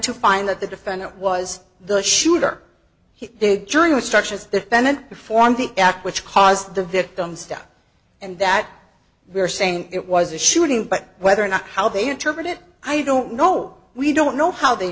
to find that the defendant was the shooter he did during the structure's defendant perform the act which caused the victim's death and that we are saying it was a shooting but whether or not how they interpret it i don't know we don't know how they